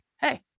hey